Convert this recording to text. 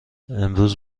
امروز